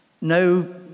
no